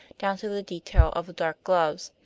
down to the detail of the dark gloves.